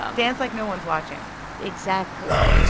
ah dance like no one's watching exactly.